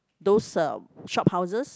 those uh shophouses